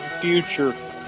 future